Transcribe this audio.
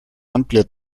amplio